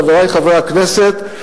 חברי חברי הכנסת,